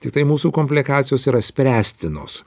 tiktai mūsų komplikacijos yra spręstinos